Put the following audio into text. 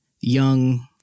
young